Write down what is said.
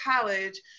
college